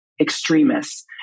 extremists